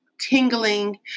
tingling